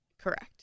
Correct